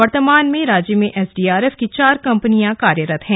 वर्तमान में राज्य में एसडीआरएफ की चार कम्पनियां कार्यरत है